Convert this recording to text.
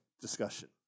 discussion